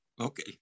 okay